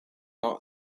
not